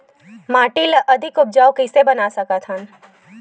माटी को अधिक उपजाऊ कइसे बना सकत हे?